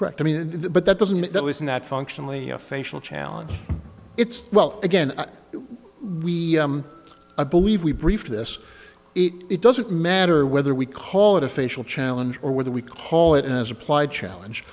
correct i mean but that doesn't mean that was not functionally a facial challenge it's well again we believe we brief this it doesn't matter whether we call it a facial challenge or whether we call it as applied challenge